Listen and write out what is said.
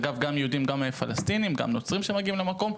אגב, גם יהודים, פלסטינים ונוצרים מגיעים למקום.